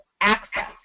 access